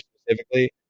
specifically